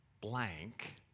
blank